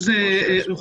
זה גם מעל משרד הבריאות.